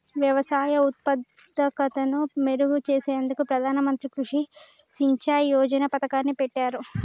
వ్యవసాయ ఉత్పాదకతను మెరుగు చేసేందుకు ప్రధాన మంత్రి కృషి సించాయ్ యోజన పతకాన్ని పెట్టారు